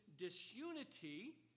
Disunity